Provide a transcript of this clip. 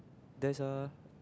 there's a